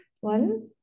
one